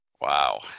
Wow